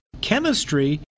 chemistry